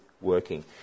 working